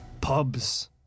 pubs